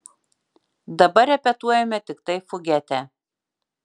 dabar repetuojame tiktai fugetę